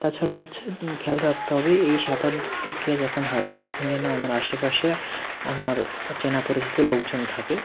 তাছাড়া হচ্ছে খেয়াল রাখতে হবে এই সাঁতার প্রক্রিয়া যখন হবে তখন যেন আমার আশেপাশে আমার চেনা পরিচিত লোকজন থাকে